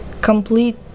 complete